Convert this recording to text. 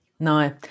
No